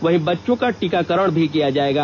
वहीं बच्चों का टीकाकरण भी किया जाएगा